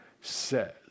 says